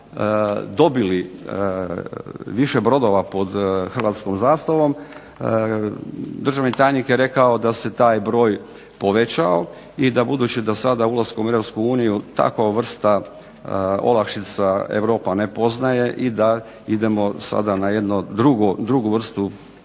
dobili više brodova pod hrvatskom zastavom. Državni tajnik je rekao da se taj broj povećao i da budući da sada ulaskom EU takva vrsta olakšica Europa ne poznaje i da idemo sada na jedno drugo, drugu